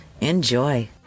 Enjoy